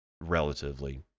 relatively